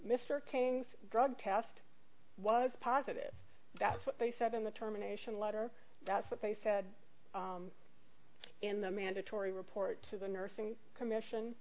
cain's drug test was positive that's what they said in the terminations letter that's what they said in the mandatory report to the nursing commission